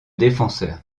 défenseur